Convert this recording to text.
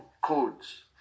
codes